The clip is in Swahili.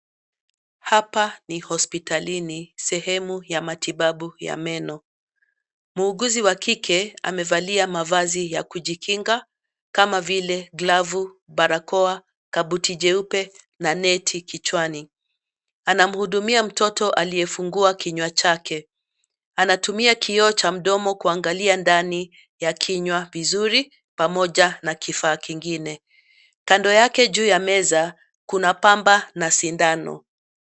Hapa ni hospitalini sehemu ya matibabu ya meno. Muuguzi wa kike amevalia mavazi ya kujikinga kama vile glavu, barakoa, kabuti jeupe na neti kichwani. Anamhudumia mtoto aliyefungua kinywa chake. Anatumia kioo cha mdomo kuangalia ndani ya kinywa vizuri pamoja na kifaa kingine. Kando yake juu ya meza kuna pamba na sindano.